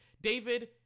David